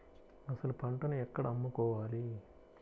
అసలు పంటను ఎక్కడ అమ్ముకోవాలి?